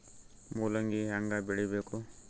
ಮೂಲಂಗಿ ಹ್ಯಾಂಗ ಬೆಳಿಬೇಕು?